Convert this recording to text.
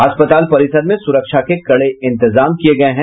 अस्पताल परिसर में सुरक्षा के कड़े इंतजाम किये गये हैं